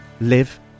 live